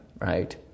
right